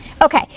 Okay